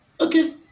Okay